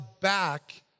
back